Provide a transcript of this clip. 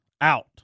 Out